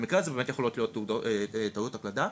במקרה הזה, באמת יכולות להיות טעויות הקלדה.